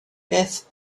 beth